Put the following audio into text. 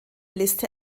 liste